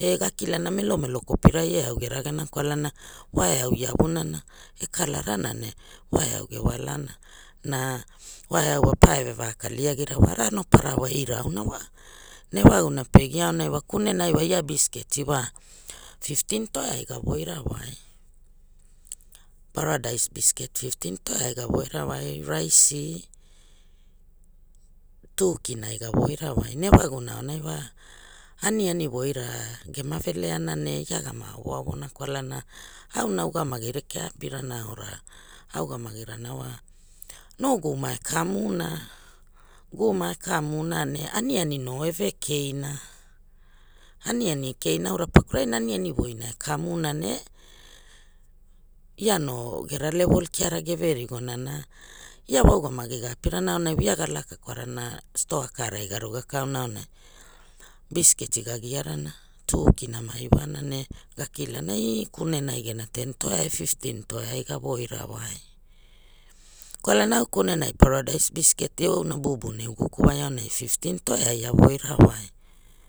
e ga kilana melomelo kopirai eau ge ragena kwalana wa eau iavunana e kalarana ne wa eau ge walana na wa eau wa pa eva kaliagira wara no parawa irau na wa na ewaguna pe gia aunai wa kunenai wa la bisketi wa fiftin toea i ga voira wai paradais bisket fiftin toea iai ga wai ra wai, raisi tu kina iai ga voira wai ne ewaguna anai wa aniani voira gema veleana ne ia gama awoawo na kwalana auna ugamagi rekea a apirana aura a gamagi ara wa no uguma e kamuna guma e kamuna ne aniani no eve keina aniani keina aura pakurai aniani voina e kamuna ne ia gera level kiara geve rigona na ia wa ugamagi ga gapirana aunai ia ga laka kwarana stoa karai ga ruga kauna aonai bisketi ga giarana, tukina ma iwana ne ga kilana e ekunena gena ten toea ea fiftin toea inai ga voira wai kwalana au kunenai paradais bisket e auna bubu na e uguku wai anai fiftin toea iai a voira wai.